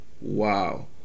Wow